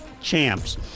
champs